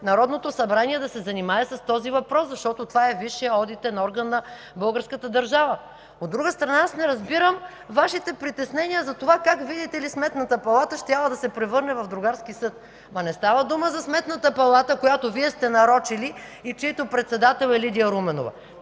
Народното събрание да се занимае с този въпрос, защото това е висшият одитен орган на българската държава. От друга страна, не разбирам Вашите притеснения за това как, видите ли, Сметната палата щяла да се превърне в другарски съд. Не става дума за Сметната палата, която Вие сте нарочили и чийто председател е Лидия Руменова.